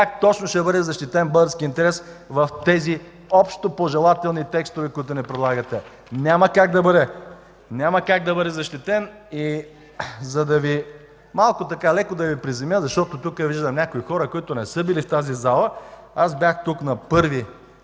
как точно ще бъде защитен българският интерес в тези общи пожелателни текстове, които ни предлагате. Няма как да бъде защитен! Леко да Ви приземя, защото тук виждам някои хора, които не са били в тази зала. Аз бях тук на 12